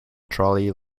trolley